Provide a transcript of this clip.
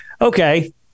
okay